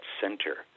center